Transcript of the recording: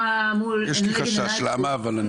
לי יש חשש למה אבל.